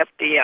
FDR